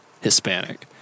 Hispanic